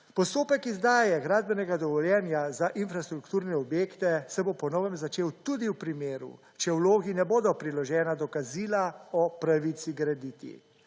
Postopek izdaje gradbenega dovoljenja za infrastrukture objekte se bo po novem začel tudi v primeru, če v vlogi ne bodo priložena dokazila o pravici graditi.